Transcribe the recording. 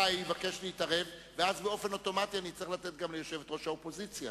יבקש להתערב ואז באופן אוטומטי אני אצטרך לתת גם ליושבת-ראש האופוזיציה.